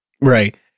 Right